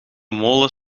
molen